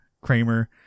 Kramer